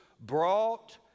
brought